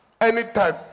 Anytime